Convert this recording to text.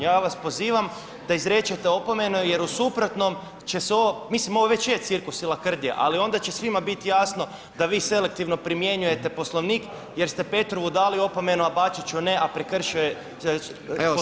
Ja vas pozivam da izrečete opomenu jer u suprotnom će se ovo, mislim ovo već je cirkus i lakrdija, ali onda će svima biti jasno da vi selektivno primjenjujete Poslovnik jer ste Petrovu dali opomenu, a Bačiću ne, a prekršio je Poslovnik.